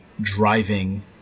driving